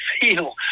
feel